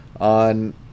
on